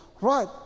Right